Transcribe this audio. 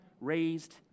raised